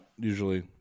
usually